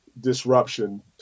disruption